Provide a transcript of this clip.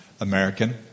American